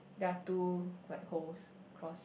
there are two like holes cause